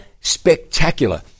Spectacular